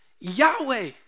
Yahweh